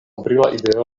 brila